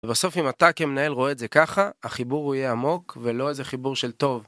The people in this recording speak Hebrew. ובסוף אם אתה כמנהל רואה את זה ככה, החיבור הוא יהיה עמוק ולא איזה חיבור של טוב.